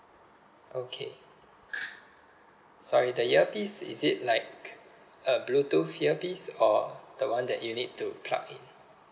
okay sorry the earpiece is it like a bluetooth earpiece or the one that you need to plug in